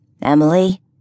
Emily